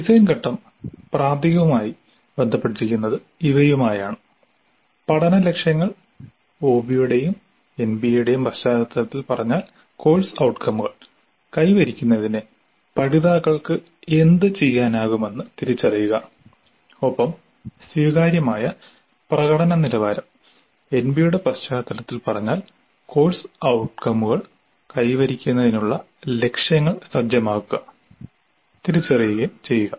design ഘട്ടം പ്രാഥമികമായി ബന്ധപ്പെട്ടിരിക്കുന്നത് ഇവയുമായാണ് പഠന ലക്ഷ്യങ്ങൾ ഒബിഇയുടെയും എൻബിഎയുടെയും പശ്ചാത്തലത്തിൽ പറഞ്ഞാൽ കോഴ്സ് ഔട്കമുകൾ കൈവരിക്കുന്നതിന് പഠിതാക്കൾക്ക് എന്ത് ചെയ്യാനാകുമെന്ന് തിരിച്ചറിയുക ഒപ്പം സ്വീകാര്യമായ പ്രകടന നിലവാരം എൻബിഎയുടെ പശ്ചാത്തലത്തിൽ പറഞ്ഞാൽ കോഴ്സ് ഔട്കമുകൾ കൈവരിക്കുന്നതിനുള്ള ലക്ഷ്യങ്ങൾ സജ്ജമാക്കുക തിരിച്ചറിയുകയും ചെയ്യുക